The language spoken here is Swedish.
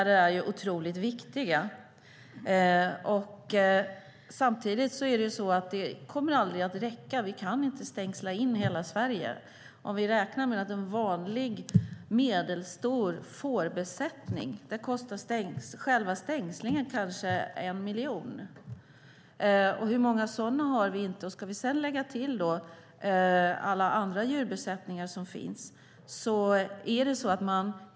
Det är viktigt med förebyggande åtgärder. Samtidigt kan vi inte stängsla in hela Sverige. För en vanlig medelstor fårbesättning kostar stängslingen kanske en miljon. Hur många sådana har vi inte? Dessutom finns det en massa andra djurbesättningar.